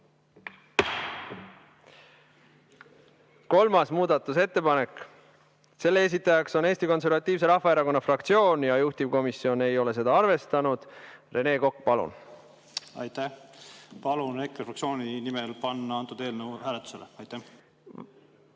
Kolmas muudatusettepanek, selle esitajaks on Eesti Konservatiivse Rahvaerakonna fraktsioon ja juhtivkomisjon ei ole seda arvestanud. Rene Kokk, palun! Aitäh! Palun EKRE fraktsiooni nimel panna antud [ettepanek] hääletusele. Aitäh!